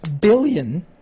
billion